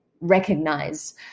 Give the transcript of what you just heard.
recognize